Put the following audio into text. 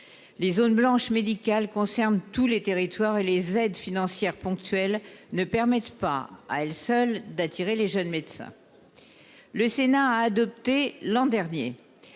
les zones blanches médicales concernent tous les territoires, et les aides financières ponctuelles ne permettent pas, à elles seules, d'attirer les jeunes médecins. Le Sénat a adopté l'an dernier